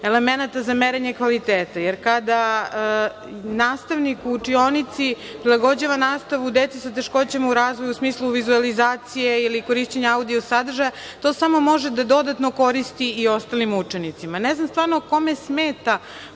elemenata za merenje kvaliteta. Jer, kada nastavnik u učionici prilagođava nastavu deci sa teškoćama u razvoju u smislu vizuelizacije ili korišćenja audio sadržaja, to samo može da dodatno koristi i ostalim učenicima. Ne znam stvarno kome smeta